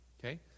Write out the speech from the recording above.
Okay